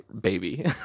baby